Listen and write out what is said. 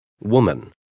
Woman